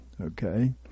okay